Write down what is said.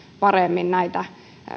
paremmin näitä